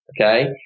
Okay